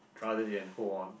rather than hold on